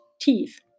teeth